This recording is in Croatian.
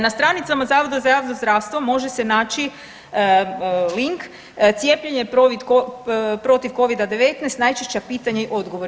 Na stranicama Zavoda za javno zdravstvo može se naći link, cijepljenje protiv Covida-19, najčešća pitanja i odgovori.